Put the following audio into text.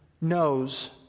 knows